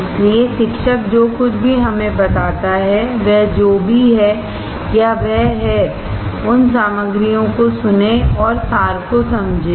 इसलिए शिक्षक जो कुछ भी हमें बताता है वह जो भी है या वह है उन सामग्रियों को सुनें और सार को समझें